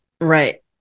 Right